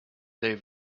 they